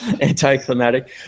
Anti-climatic